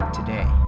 today